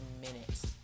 minutes